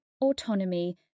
autonomy